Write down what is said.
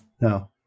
No